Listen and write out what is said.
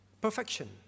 Perfection